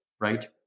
right